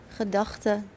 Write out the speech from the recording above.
gedachten